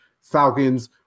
Falcons